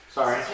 Sorry